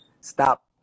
stop